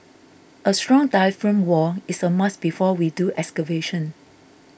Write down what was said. a strong diaphragm wall is a must before we do excavation